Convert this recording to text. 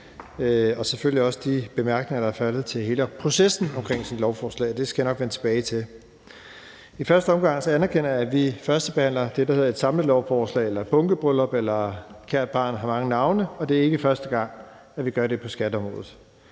og selvfølgelig også de bemærkninger, der er faldet til hele processen omkring sådan et lovforslag. Det skal jeg nok vende tilbage til. I første omgang anerkender jeg, at vi førstebehandler det, der hedder et samlelovforslag eller et bunkebryllup – kært barn har mange navne – og det er ikke første gang, at vi gør det på skatteområdet.